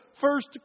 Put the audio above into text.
first